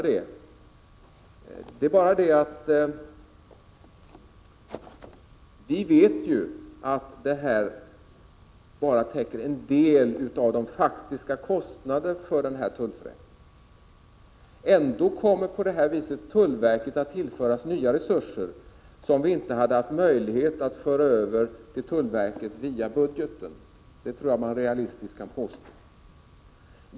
Vi vet emellertid att dessa avgifter endast täcker en del av de faktiska kostnaderna för tullförrättningen. Tullverket kommer på detta sätt att tillföras nya resurser, som det inte hade varit möjligt att föra över via budgeten.